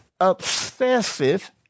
Obsessive